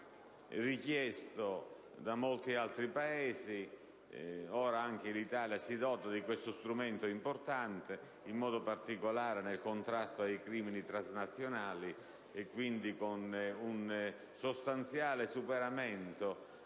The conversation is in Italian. procedure richiesto da molti Paesi: ora anche l'Italia si dota di questo strumento importante, in particolare nel contrasto ai crimini transnazionali, e quindi con un sostanziale superamento